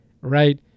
Right